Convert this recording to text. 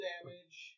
damage